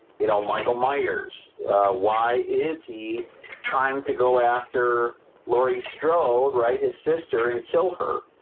you know, michael myers why is he trying to go after laurie strode right his sister and kill her